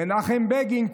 מנחם בגין.